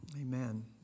amen